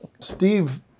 Steve